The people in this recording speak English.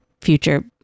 future